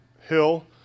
hill